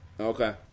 Okay